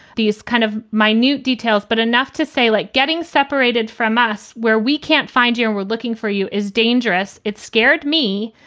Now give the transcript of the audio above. these kind of my new details. but enough to say, like getting separated from us where we can't find you and we're looking for you is dangerous. it scared me,